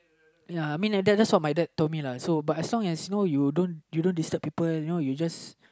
ya I mean that's that's what my dad told me lah so but as long as you know you you don't disturb people you know you just